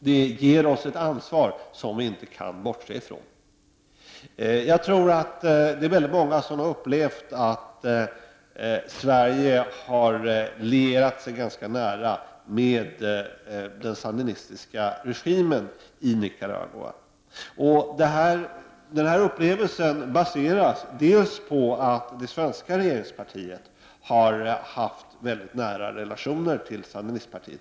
Det ger Sverige ett ansvar som man inte kan bortse ifrån. Jag tror att det är väldigt många som har upplevt att Sverige har lierat sig ganska nära med den sandinistiska regimen i Nicaragua. Den här upplevelsen baseras bl.a. på att det svenska regeringspartiet har haft mycket nära relationer med sandinistpartiet.